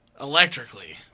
Electrically